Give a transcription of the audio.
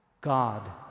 God